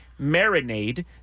marinade